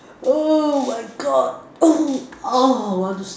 oh my God oh ah want to sleep